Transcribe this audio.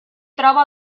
troba